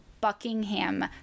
Buckingham